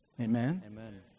Amen